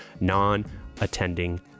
non-attending